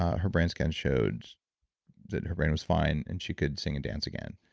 her brain scan showed that her brain was fine and she could sing and dance again,